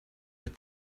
out